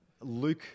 Luke